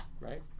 right